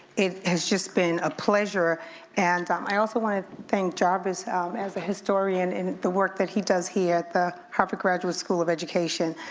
it has just been a pleasure and um i also wanna thank jarvis um as a historian and the work that he does here at the harvard graduate school of education.